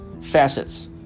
facets